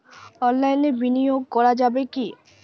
অনলাইনে বিনিয়োগ করা যাবে কি?